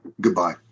goodbye